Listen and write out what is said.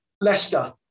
Leicester